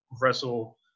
wrestle